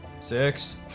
six